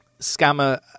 Scammer